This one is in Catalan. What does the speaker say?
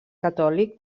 catòlic